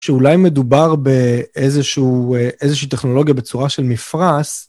שאולי מדובר באיזושהי טכנולוגיה בצורה של מפרש.